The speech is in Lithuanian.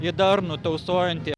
į darnų tausojantį